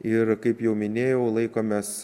ir kaip jau minėjau laikomės